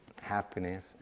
happiness